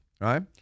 right